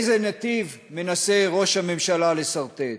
איזה נתיב מנסה ראש הממשלה לסרטט?